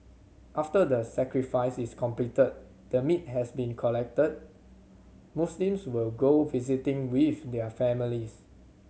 after the sacrifice is completed the meat has been collected Muslims will go visiting with their families